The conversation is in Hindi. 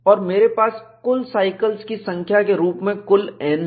और मेरे पास कुल साइकिल्स की संख्या के रूप में कुल N है